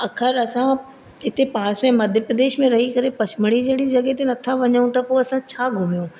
अगरि असां इते पास में मध्य प्रदेश में रही करे पचमढ़ी जहिड़ी जॻहि ते न था वञूं त पोइ असां छा घुमियो